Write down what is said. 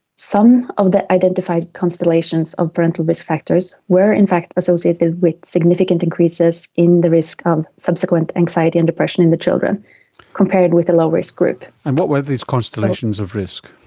some of the identified constellations of parental risk factors were in fact associated with significant increases in the risk of subsequent anxiety and depression in the children compared with the low risk group. and what were these constellations of risk?